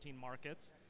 markets